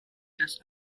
das